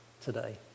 today